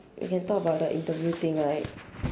we can talk about the interview thing right